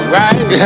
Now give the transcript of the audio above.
right